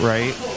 Right